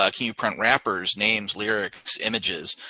ah can you print rappers, names, lyrics, images?